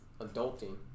Adulting